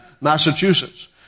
Massachusetts